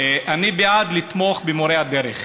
אני בעד לתמוך במורי הדרך,